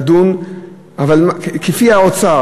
אבל כמו האוצר,